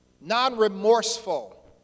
non-remorseful